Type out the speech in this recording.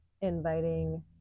inviting